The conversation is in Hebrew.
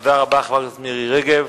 תודה רבה, חברת הכנסת מירי רגב.